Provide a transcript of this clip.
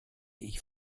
ich